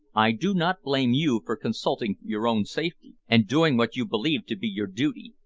i do not blame you for consulting your own safety, and doing what you believe to be your duty,